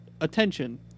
attention